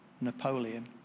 Napoleon